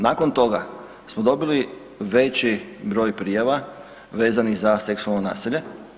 Nakon toga smo dobili veći broj prijava vezano za seksualno nasilje.